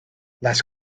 less